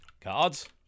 Cards